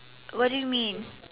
what do you mean